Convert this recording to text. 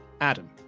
Adam